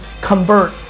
convert